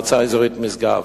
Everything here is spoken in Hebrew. מועצה אזורית משגב.